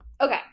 okay